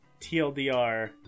TLDR